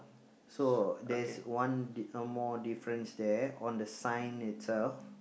so there's one d~ one more difference there on the sign itself